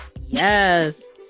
Yes